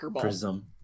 prism